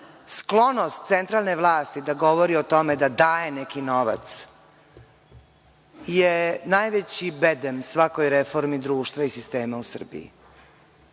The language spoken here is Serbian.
Sklonost centralne vlasti da govori o tome da daje neki novac je naveći bedem svakoj reformi društva i sistema u Srbiji,